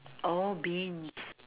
oh Beans